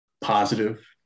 Positive